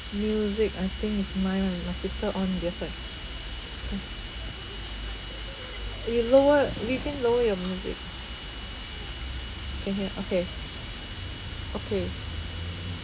music I think is mine [one] my sister on the other side s~ you lower lee pin lower your music can hear okay okay